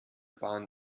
bahn